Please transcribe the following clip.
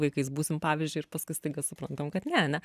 vaikais būsim pavyzdžiui ir paskui staiga suprantam kad ne ane